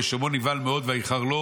וכשומעו נבהל מאוד ויחר לו